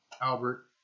Albert